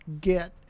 get